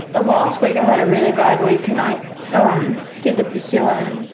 ah last week i had a really bad week and i um did the bacillin,